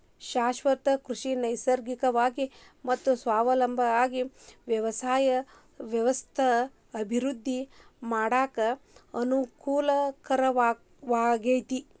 ಶಾಶ್ವತ ಕೃಷಿ ನೈಸರ್ಗಿಕವಾಗಿ ಮತ್ತ ಸ್ವಾವಲಂಬಿ ವ್ಯವಸಾಯದ ವ್ಯವಸ್ಥೆನ ಅಭಿವೃದ್ಧಿ ಮಾಡಾಕ ಅನಕೂಲಕರವಾಗೇತಿ